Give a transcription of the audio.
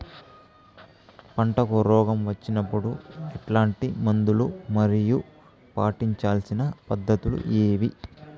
పంటకు రోగం వచ్చినప్పుడు ఎట్లాంటి మందులు మరియు పాటించాల్సిన పద్ధతులు ఏవి?